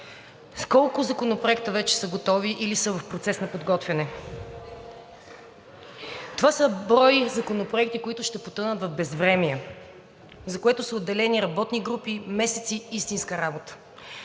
колко законопроекта вече са готови или са в процес на подготвяне. Това са брой законопроекти, които ще потънат в безвремие, за което са отделени работни групи и месеци истинска работа.